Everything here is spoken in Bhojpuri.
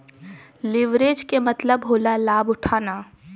लिवरेज के मतलब होला लाभ उठाना